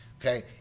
Okay